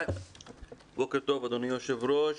בוקר טוב, אדוני היושב-ראש,